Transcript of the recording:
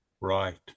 Right